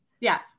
Yes